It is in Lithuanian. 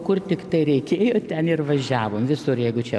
kur tiktai reikėjo ten ir važiavom visur jeigu čia